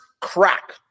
crack